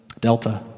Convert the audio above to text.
Delta